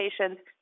patients